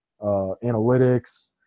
analytics